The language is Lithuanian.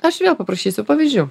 aš vėl paprašysiu pavyzdžių